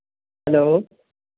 hello